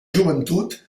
joventut